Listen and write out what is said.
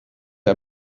der